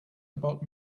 about